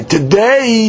Today